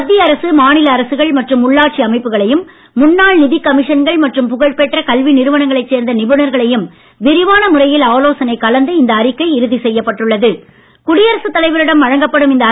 மத்திய அரசு மாநில அரசுகள் மற்றும் உள்ளாட்சி அமைப்புகளையும் முன்னாள் நிதிக் கமிஷன்கள் மற்றும் புகழ்பெற்ற கல்வி நிறுவனங்களைச் சேர்ந்த நிபுணர்களையும் விரிவான முறையில் ஆலோசனை கலந்து இந்த அறிக்கை இறுதி குடியரசு தலைவரிடம் வழங்கப்படும் இந்த செய்யப்பட்டுள்ளது